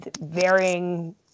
varying